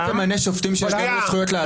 אתה תמנה שופטים שיגנו על זכויות להט"ב?